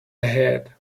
ahead